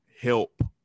help